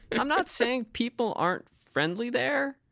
and i'm not saying people aren't friendly there,